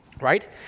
right